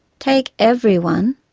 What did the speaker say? take everyone,